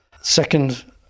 Second